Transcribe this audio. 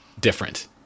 different